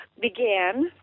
began